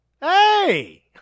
Hey